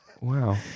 Wow